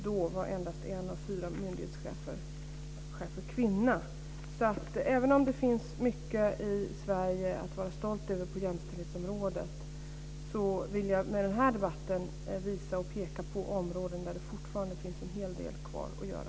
Då var endast en av fyra myndighetschefer kvinna. Även om det finns mycket att vara stolt över i Sverige på jämställdhetsområdet, vill jag med den här debatten peka på områden där det fortfarande finns en hel del kvar att göra.